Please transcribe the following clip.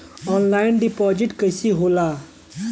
Online deposit कैसे होला?